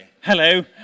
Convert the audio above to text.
Hello